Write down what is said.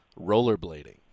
rollerblading